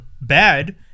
bad